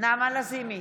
נעמה לזימי,